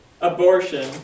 abortion